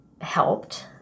helped